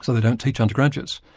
so we don't teach undergraduates.